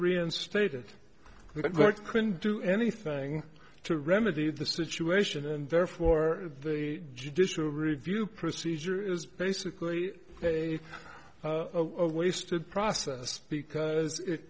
reinstated but couldn't do anything to remedy the situation and therefore the judicial review procedure is basically a waste of process because it